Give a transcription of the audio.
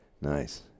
Nice